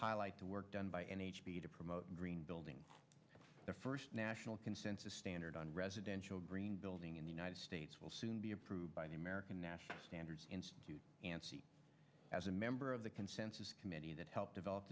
highlight the work done by an h p to promote green building the first national consensus standard on residential green building in the united states will soon be approved by the american national standards and as a member of the consensus committee that helped develop